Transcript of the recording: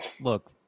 look –